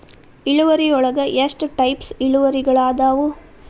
ಇಳುವರಿಯೊಳಗ ಎಷ್ಟ ಟೈಪ್ಸ್ ಇಳುವರಿಗಳಾದವ